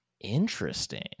Interesting